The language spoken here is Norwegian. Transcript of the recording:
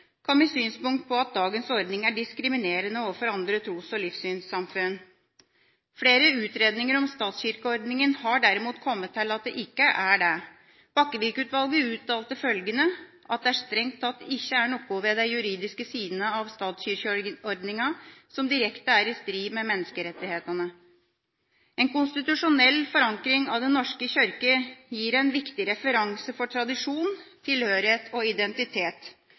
på at dagens ordning er diskriminerende overfor andre tros- og livssynssamfunn. Flere utredninger om statskirkeordninga har derimot kommet til at den ikke er det. Bakkevig-utvalget uttalte følgende: «at det strengt tatt ikkje er noko ved dei juridiske sidene av statskyrkjeordninga som direkte er i strid med menneskerettane.» En konstitusjonell forankring av Den norske kirke gir en viktig referanse for tradisjon, tilhørighet og identitet